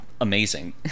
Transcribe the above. amazing